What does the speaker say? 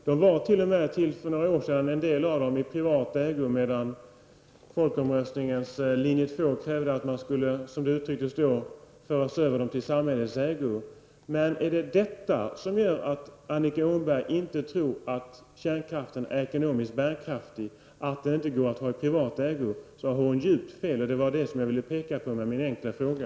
Det var t.o.m. till för några år sedan en del av dem som var i privat ägo. Men folkomröstningens linje två krävde att man skulle föra över dem till samhällets ägo. Är det detta som gör att Annika Åhnberg tror att inte kärnkraften är ekonomiskt bärkraftig, att den inte går att ha i privat ägo? Då har hon djupt fel och det var detta som jag ville påpeka med min enkla fråga.